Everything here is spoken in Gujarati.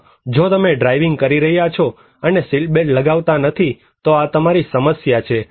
અથવા જો તમે ડ્રાઇવીંગ કરી રહ્યા છો અને સીટબેલ્ટ લગાવતા નથી તો આ તમારી સમસ્યા છે